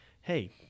hey